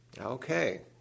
Okay